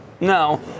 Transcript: no